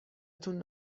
تون